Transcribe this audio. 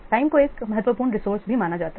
time को एक महत्वपूर्ण रिसोर्से भी माना जाता है